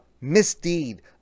misdeed